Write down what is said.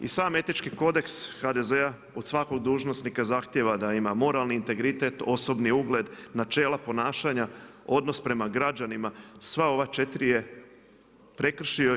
I sam Etički kodeks HDZ-a od svakog dužnosnika zahtijeva da ima moralni integritet, osobni ugled, načela ponašanja, odnos prema građanima, sva ova četiri je prekršio.